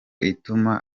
ituma